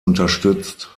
unterstützt